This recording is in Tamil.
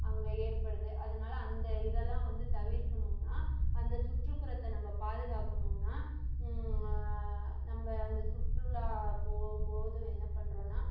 அங்கே ஏற்படுது அதனால அந்த இதெல்லாம் வந்து தவிர்க்கணுன்னா அந்த சுற்றுப்புறத்தை நம்ப பாதுகாக்கணுன்னா நம்ப அந்த சுற்றுலா போகும்போது என்ன பண்ணுறோன்னா